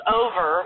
over